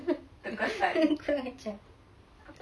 kurang ajar